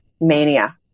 mania